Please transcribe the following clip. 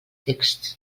text